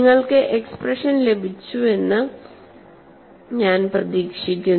നിങ്ങൾക്ക് എക്സ്പ്രഷൻസ് ലഭിച്ചുവെന്ന് ഞാൻ പ്രതീക്ഷിക്കുന്നു